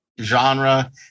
genre